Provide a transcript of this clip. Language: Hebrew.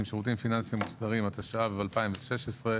(שירותים פיננסיים מוסדרים) התשע"ו 2016,